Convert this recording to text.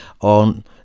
on